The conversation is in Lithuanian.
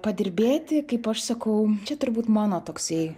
padirbėti kaip aš sakau čia turbūt mano toksai